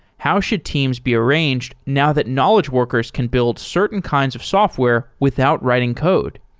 how should teams be arranged now that knowledge workers can build certain kinds of software without writing code,